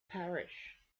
parish